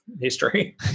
history